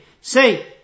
Say